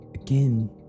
Again